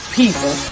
people